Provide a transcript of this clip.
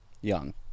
young